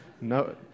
no